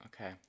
okay